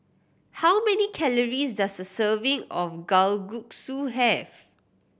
how many calories does a serving of Kalguksu have